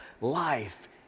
life